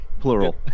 Plural